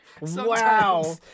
Wow